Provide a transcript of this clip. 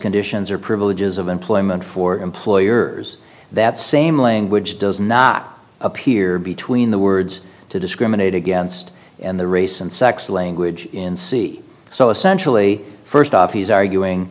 conditions or privileges of employment for employers that same language does not appear between the words to discriminate against in the race and sex language in c so essentially first off he's arguing